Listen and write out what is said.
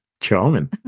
Charming